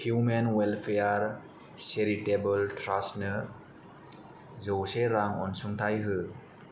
human welfare charitable trust नो जौसे रां अनसुंथाइ हो